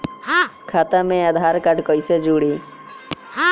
खाता मे आधार कार्ड कईसे जुड़ि?